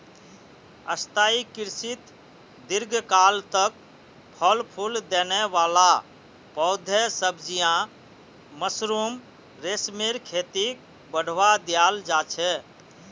स्थाई कृषित दीर्घकाल तक फल फूल देने वाला पौधे, सब्जियां, मशरूम, रेशमेर खेतीक बढ़ावा दियाल जा छे